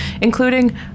including